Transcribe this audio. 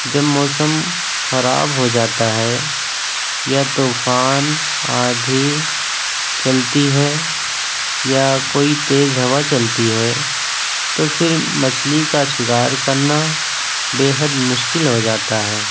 جب موسم خراب ہوجاتا ہے یا طوفان آندھی چلتی ہے یا کوئی تیز ہوا چلتی ہے تو پھر مچھلی کا شکار کرنا بے حد مشکل ہوجاتا ہے